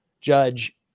Judge